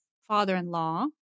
father-in-law